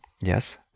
Yes